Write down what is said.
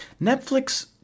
Netflix